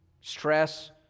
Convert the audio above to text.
stress